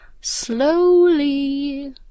Slowly